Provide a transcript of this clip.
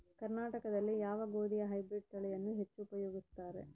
ಕರ್ನಾಟಕದಲ್ಲಿ ಯಾವ ಗೋಧಿಯ ಹೈಬ್ರಿಡ್ ತಳಿಯನ್ನು ಹೆಚ್ಚು ಉಪಯೋಗಿಸುತ್ತಾರೆ?